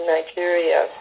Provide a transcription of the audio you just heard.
Nigeria